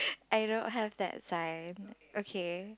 I don't have that sign okay